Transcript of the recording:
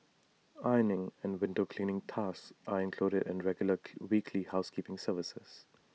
ironing and window cleaning tasks are included in regular weekly housekeeping service